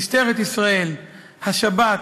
משטרת ישראל, השב"כ,